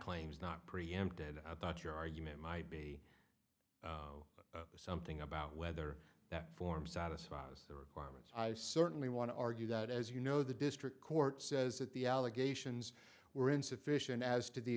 claims not preempted i thought your argument might be something about whether that form satisfies the requirements i certainly want to argue that as you know the district court says that the allegations were insufficient as to the